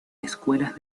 escuelas